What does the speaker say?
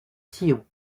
sion